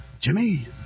Jimmy